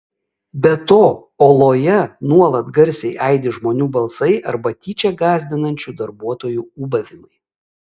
be to oloje nuolat garsiai aidi žmonių balsai arba tyčia gąsdinančių darbuotojų ūbavimai